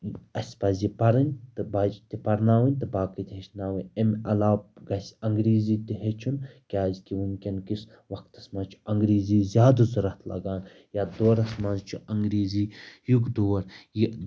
اَسہِ پَزِ یہِ پَرٕنۍ تہٕ بَچہِ تہِ پَرناوٕنۍ تہٕ باقٕے تہِ ہیٚچھناوٕنۍ اَمہِ علاوٕ گژھِ انٛگریٖزی تہِ ہیٚچھُن کیٛازکہِ وٕنۍکٮ۪ن کِس وقتَس منٛز چھِ انٛگریٖزی زیادٕ ضوٚرَتھ لگان یَتھ دورَس منٛز چھُ انٛگریٖزی یُک دور یہِ